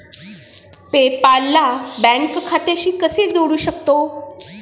पे पाल ला बँक खात्याशी कसे जोडू शकतो?